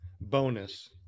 bonus